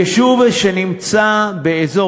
יישוב שנמצא באזור,